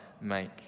make